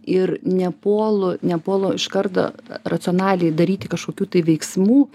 ir nepuolu nepuolu iš karto racionaliai daryti kažkokių tai veiksmų